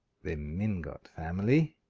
the mingott family,